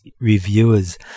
Reviewers